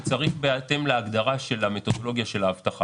שצריך בהתאם להגדרה של המתודולוגיה של האבטחה